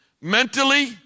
mentally